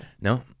No